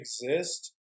exist